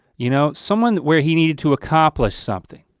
you know someone where he needed to accomplish something.